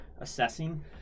assessing